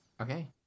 Okay